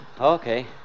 Okay